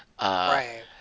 Right